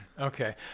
Okay